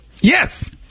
Yes